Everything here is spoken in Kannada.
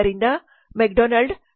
ಆದ್ದರಿಂದ ಮೆಕ್ಡೊನಾಲ್ಡ್Mc